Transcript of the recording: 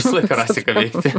visą laiką rasi ką veikti